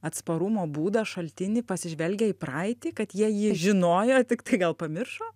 atsparumo būdą šaltinį pasižvelgę į praeitį kad jie jį žinojo tiktai gal pamiršo